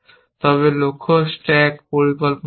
তবে লক্ষ্য স্ট্যাক পরিকল্পনা হবে